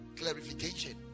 clarification